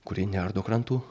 kuri neardo krantų